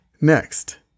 Next